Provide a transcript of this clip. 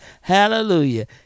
Hallelujah